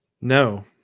No